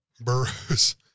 Burroughs